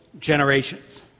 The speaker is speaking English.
generations